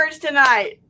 tonight